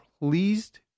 pleased